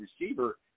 receiver